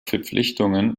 verpflichtungen